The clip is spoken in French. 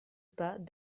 pas